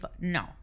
No